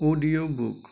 audio book आ